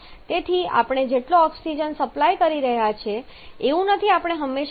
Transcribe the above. તેથી આપણે જેટલો ઓક્સિજન સપ્લાય કરી રહ્યા છીએ એવું નથી કે આપણે હંમેશા 12